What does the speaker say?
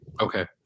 Okay